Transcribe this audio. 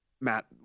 Matt